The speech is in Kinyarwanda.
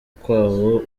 kwabo